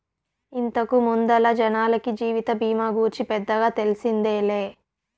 ఇంతకు ముందల జనాలకి జీవిత బీమా గూర్చి పెద్దగా తెల్సిందేలే